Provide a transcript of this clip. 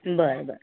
बरं बरं